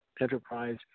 enterprise